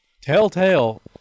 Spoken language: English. Telltale